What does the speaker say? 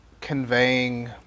conveying